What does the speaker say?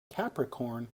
capricorn